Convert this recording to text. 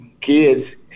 kids